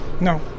No